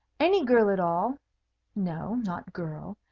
any girl at all no, not girl,